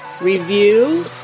review